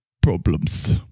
problems